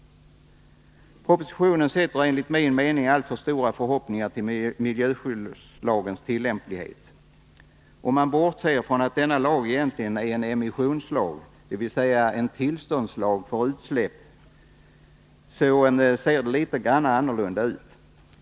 Propositionen sätter enligt min mening alltför stora förhoppningar till miljöskyddslagens tillämplighet. Om man bortser från att denna lag egentligen är en emissionslag, dvs. en lag om tillstånd för utsläpp, ser det litet annorlunda ut.